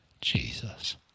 Jesus